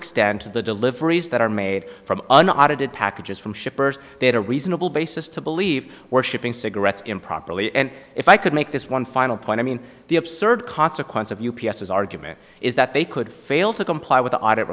extend to the deliveries that are made from an audited packages from shippers they had a reasonable basis to believe we're shipping cigarettes improperly and if i could make this one final point i mean the absurd consequence of u p s s argument is that they could fail to comply with the audit